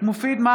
מופיד מרעי,